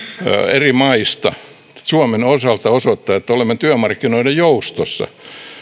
eri maista suomen osalta osoittaa että olimme työmarkkinoiden joustossa